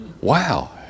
Wow